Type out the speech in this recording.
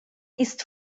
ist